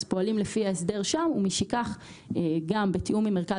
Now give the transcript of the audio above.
אז פועלים לפי ההסדר שם ומשכך - גם בתיאום עם מרכז